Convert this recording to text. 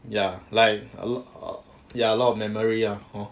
ya like err ya a lot of memory ah hor